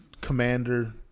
commander